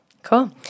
Cool